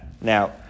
Now